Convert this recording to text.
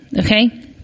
Okay